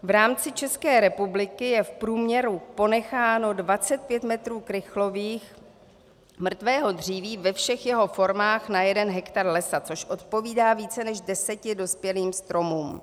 V rámci České republiky je v průměru ponecháno 25 metrů krychlových mrtvého dříví ve všech jeho formách na jeden hektar lesa, což odpovídá více než 10 dospělým stromům.